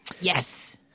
Yes